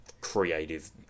creative